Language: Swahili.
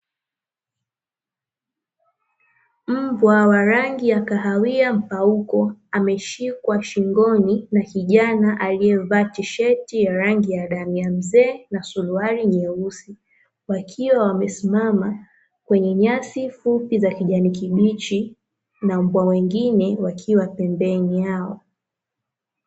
Mbwa wa rangi ya kahawia mpauko ameshikwa shingoni na kijana alievaa tisheti ya rangi ya damu ya mzee na suruali nyeusi, wakiwa wamesimama kwenye nyasi fupi za kijani kibichi na mbwa wengine wakiwa pembeni yao.